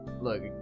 look